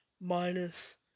Minus